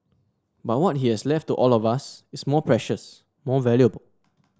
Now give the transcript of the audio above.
but what he has left to all of us is more precious more valuable